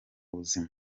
buzima